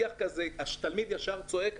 הכשרת נהג לרבות נהג אופנוע.